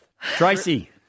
Tracy